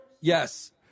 Yes